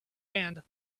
and